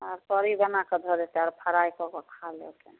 तऽ तरी बनाकऽ धऽ देतै आओर फ्राइ कऽ कऽ खा लेतै